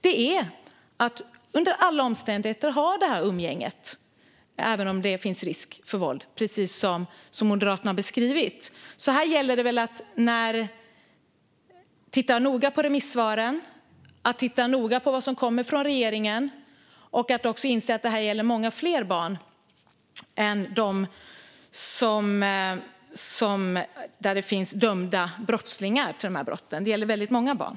Det handlar om att under alla omständigheter ha detta umgänge, även om det finns risk för våld, precis som Moderaterna har beskrivit. Här gäller det att titta noga på remissvaren och på vad som kommer från regeringen och att också inse att det här gäller många fler barn än dem där det finns personer som är dömda för de här brotten. Det gäller väldigt många barn.